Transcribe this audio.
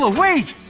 ah wait!